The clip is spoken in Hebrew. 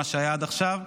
מה שהיה עד עכשיו,